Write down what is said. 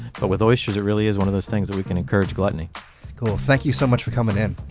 but with oysters, it really is one of those things where we can encourage gluttony cool, thank you so much for coming in